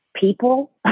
People